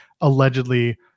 allegedly